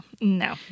no